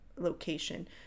location